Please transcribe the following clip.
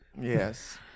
yes